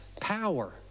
power